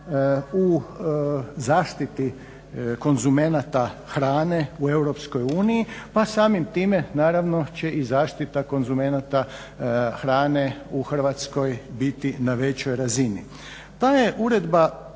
u zaštiti konzumenata hrane u EU pa samim time naravno će i zaštita konzumenata hrane u Hrvatskoj biti na većoj razini.